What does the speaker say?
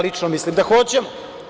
Lično mislim da hoćemo.